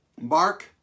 Mark